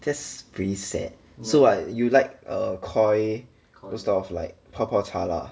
that's pretty sad so what you like err Koi those type of like 泡泡茶 lah